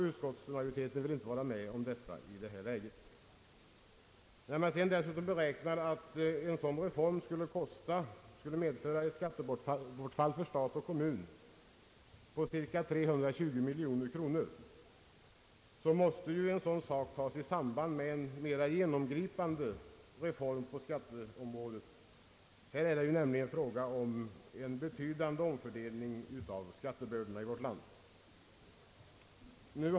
Utskottsmajoriteten vill inte biträda detta förslag. När man dessutom beräknar att en sådan reform skulle medföra ett skattebortfall för stat och kommun på cirka 320 miljoner kronor, måste en sådan fråga tas upp i samband med en mera genomgripande reform på skatteområdet. Här är det nämligen fråga om en betydande omfördelning av skattebördorna i vårt land.